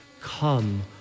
Come